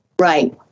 Right